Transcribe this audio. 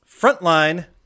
Frontline